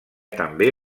també